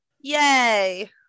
Yay